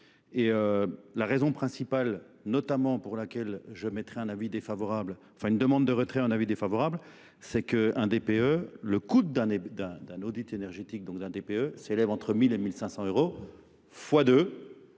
Et la raison principale, notamment pour laquelle je mettrais une demande de retrait en avis défavorable, c'est qu'un DPE, le coût d'un audit énergétique, donc d'un DPE, s'élève entre 1000 et 1500 euros, fois 2,